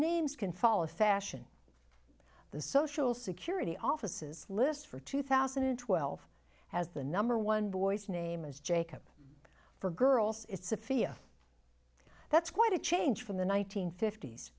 names can follow a fashion the social security offices list for two thousand and twelve as the number one boy's name is jacob for girls it's a fear that's quite a change from the